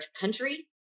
country